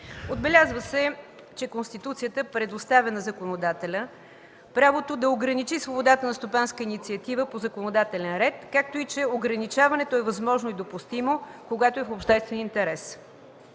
Отбелязва се, че Конституцията предоставя на законодателя правото да ограничи свободата на стопанска инициатива по законодателен ред, както и „че ограничаването е възможно и допустимо, когато е в обществен интерес”,